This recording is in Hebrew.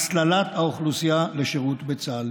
הסללת האוכלוסייה לשירות בצה"ל.